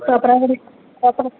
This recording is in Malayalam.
തോപ്രാംകുടി തോപ്രാംകുടി